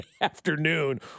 afternoon